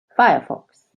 firefox